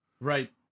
Right